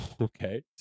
Okay